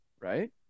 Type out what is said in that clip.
right